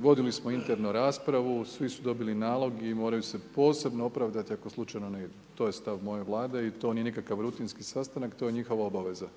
vodili smo interno raspravu, svi su dobili nalog i moraju se posebno opravdati ako slučajno ne idu. To je stav moje Vlade i to nije nikakav rutinski sastanak, to je njihova obaveza